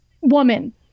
woman